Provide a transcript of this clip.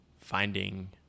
finding